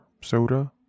Soda